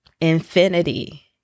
infinity